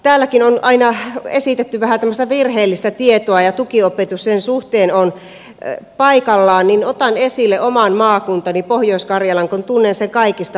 täälläkin on aina esitetty vähän tämmöistä virheellistä tietoa ja tukiopetus sen suhteen on paikallaan joten otan esille oman maakuntani pohjois karjalan kun tunnen sen kaikista parhaimmin